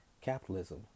capitalism